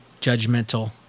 judgmental